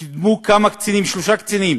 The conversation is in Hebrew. קידמו שלושה קצינים